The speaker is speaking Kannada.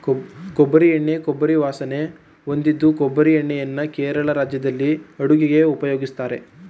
ಕೊಬ್ಬರಿ ಎಣ್ಣೆ ಕೊಬ್ಬರಿ ವಾಸನೆ ಹೊಂದಿದ್ದು ಕೊಬ್ಬರಿ ಎಣ್ಣೆಯನ್ನು ಕೇರಳ ರಾಜ್ಯದಲ್ಲಿ ಅಡುಗೆಗೆ ಉಪಯೋಗಿಸ್ತಾರೆ